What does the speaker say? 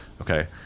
Okay